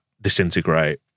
disintegrate